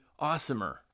awesomer